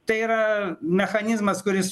tai yra mechanizmas kuris